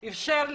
התש"ף-2020.